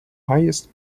highest